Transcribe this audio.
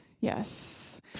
Yes